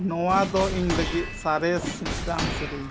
ᱱᱚᱣᱟ ᱫᱚ ᱤᱧ ᱞᱟᱹᱜᱤᱫ ᱥᱚᱨᱮᱥ ᱢᱤᱫᱴᱟᱝ ᱥᱮᱨᱮᱧ